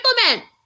implement